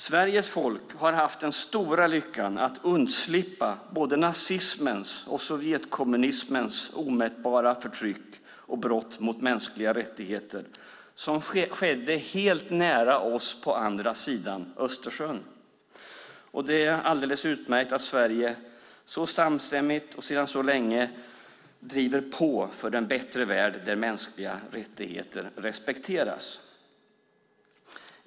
Sveriges folk har haft den stora lyckan att undslippa både nazismens och sovjetkommunismens omätbara förtryck och brott mot mänskliga rättigheter, som skedde helt nära oss på andra sidan Östersjön. Det är utmärkt att Sverige så samstämmigt och sedan så länge så hårt driver på för en bättre värld där mänskliga rättigheter respekteras.